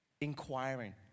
inquiring